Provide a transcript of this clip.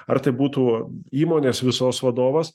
ar tai būtų įmonės visos vadovas